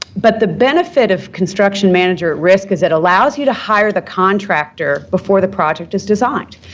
but the benefit of construction manager at risk is it allows you to hire the contractor before the project is designed.